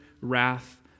wrath